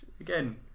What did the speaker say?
again